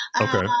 Okay